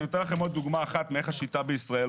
אני נותן לכם עוד דוגמה אחת שמראה איך עובדת השיטה בישראל.